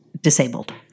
disabled